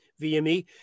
VME